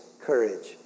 courage